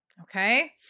Okay